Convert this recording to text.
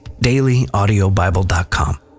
DailyAudioBible.com